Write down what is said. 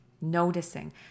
noticing